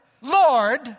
Lord